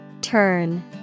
Turn